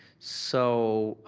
so,